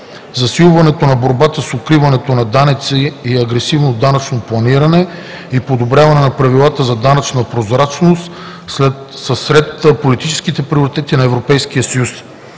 Засилването на борбата с укриването на данъци и агресивното данъчно планиране и подобряването на правилата за данъчна прозрачност са сред политическите приоритети на Европейския съюз.